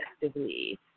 effectively